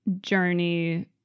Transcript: Journey